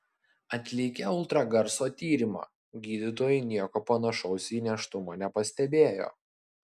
atlikę ultragarso tyrimą gydytojai nieko panašaus į nėštumą nepastebėjo